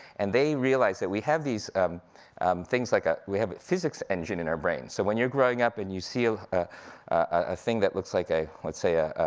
and they realize that we have these things like a, we have a physics engine in our brain. so when you're growing up, and you see a a thing that looks like a, let's say a